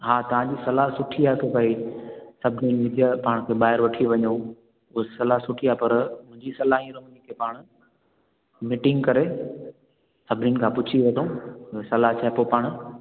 हा तव्हांजी सलाहु सुठी आहे के भाई सभिनी पाण खे ॿाहिरि वठी वञूं उअ सलाहु सुठी आहे पर मुंहिंजी सलाहु ईअं रहंदी की पाण मीटिंग करे सभिनीनि खां पुछी वठूं हुन सलाहु सां पोइ पाण